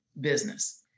business